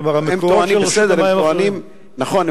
רשות המים טוענת כך,